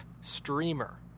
streamer